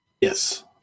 Yes